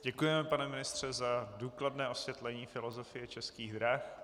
Děkujeme, pane ministře, za důkladné osvětlení filozofie Českých drah.